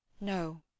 No